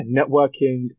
networking